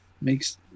makes